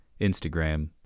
Instagram